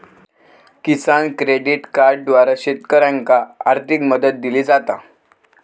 किसान credit कार्डद्वारा शेतकऱ्यांनाका आर्थिक मदत दिली जाता